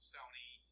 Sony